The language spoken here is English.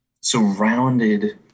surrounded